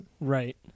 Right